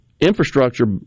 infrastructure